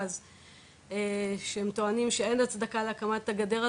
להכין איזושהי עבודה לגבי הנושא